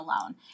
alone